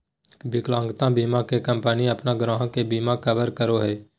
विकलांगता बीमा में कंपनी अपन ग्राहक के बिमा कवर करो हइ